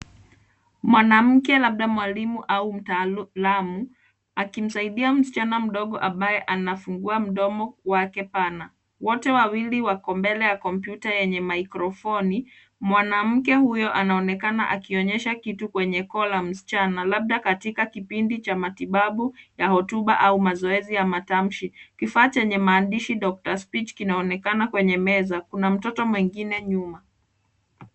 Mwanamke labda mwalimu au mtaalamu akimsaidia msichana mdogo ambaye anafungua mdomo wake pana. Wote wawili wako mbele ya kompyuta yenye maikrofoni. Mwanamke huyo anaonekana akionyesha kitu kwenye koo la msichana labda katika kipindi cha matibabu na hotuba ya mazoezi ya matamshi. Kifaa chenye maandishi Dr Step inaonekana kwenye meza. Kuna mtoto mwingine nyuma.